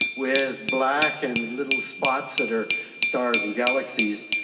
with black and little spots that are stars and galaxies.